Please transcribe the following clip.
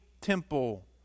temple